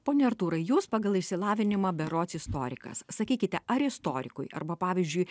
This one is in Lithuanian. pone artūrai jūs pagal išsilavinimą berods istorikas sakykite ar istorikui arba pavyzdžiui